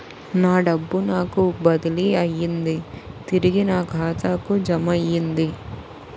నా డబ్బు నాకు బదిలీ అయ్యింది తిరిగి నా ఖాతాకు జమయ్యింది